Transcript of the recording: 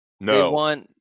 No